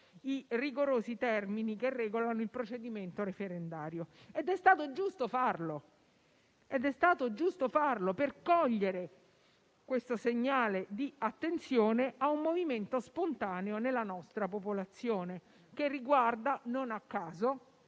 i rigorosi termini che regolano il procedimento referendario. È stato giusto farlo per cogliere questo segnale di attenzione a un movimento spontaneo nella nostra popolazione, che riguarda - non a caso